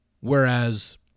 whereas